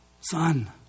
Son